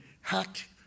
hack